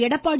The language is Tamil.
எடப்பாடி